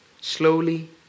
Slowly